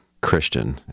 Christian